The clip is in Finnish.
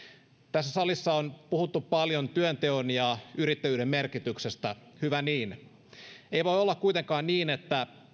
tässä salissa on puhuttu paljon työnteon ja yrittäjyyden merkityksestä hyvä niin ei voi olla kuitenkaan niin että